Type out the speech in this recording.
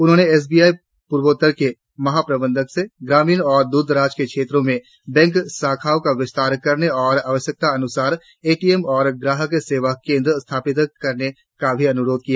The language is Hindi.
उन्होंने एस बी आई पुर्वोत्तर के महाप्रबंधक से ग्रामीण और दूरदराज के क्षेत्रों में बैंक शाखाओं का विस्तार करने और आवश्यकता अनुसार एटीएम और ग्राहक सेवा केंद्र स्थापित करने का भी अनुरोध किया